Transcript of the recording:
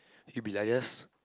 you can be like just